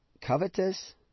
covetous